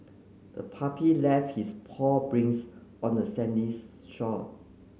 the puppy left its paw prints on the sandy shore